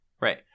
Right